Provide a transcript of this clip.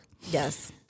Yes